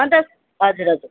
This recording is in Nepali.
अनि त हजुर हजुर